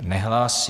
Nehlásí.